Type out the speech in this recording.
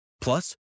Plus